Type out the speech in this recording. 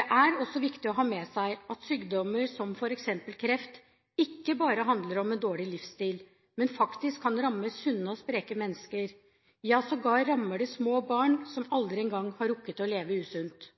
Det er også viktig å ha med seg at sykdommer som f.eks. kreft, ikke bare handler om en dårlig livsstil, men faktisk kan ramme sunne og spreke mennesker, ja det rammer sågar små barn som aldri har rukket å leve usunt.